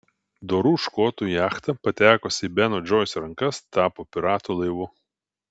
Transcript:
dorų škotų jachta patekusi į beno džoiso rankas tapo piratų laivu